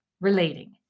relating